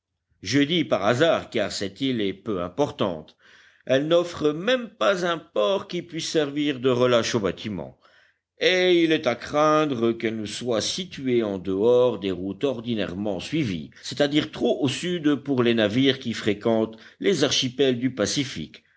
je dis par hasard car cette île est peu importante elle n'offre même pas un port qui puisse servir de relâche aux bâtiments et il est à craindre qu'elle ne soit située en dehors des routes ordinairement suivies c'est-à-dire trop au sud pour les navires qui fréquentent les archipels du pacifique